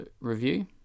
review